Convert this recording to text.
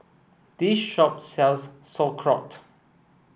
this shop sells Sauerkraut